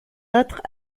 autres